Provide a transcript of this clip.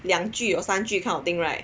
两句 or 三句 that kind of thing right